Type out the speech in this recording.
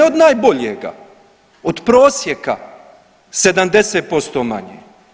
Ne od najboljega, od prosjeka 70% manje.